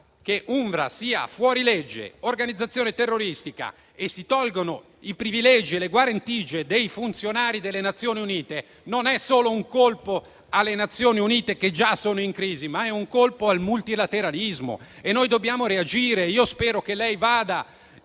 considerata fuorilegge e un'organizzazione terroristica e si tolgono i privilegi e le guarentigie dei funzionari delle Nazioni Unite non è solo un colpo alle Nazioni Unite, che già sono in crisi, ma è un colpo al multilateralismo e noi dobbiamo reagire. Io spero che lei vada